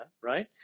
right